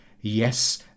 Yes